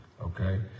Okay